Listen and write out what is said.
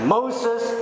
Moses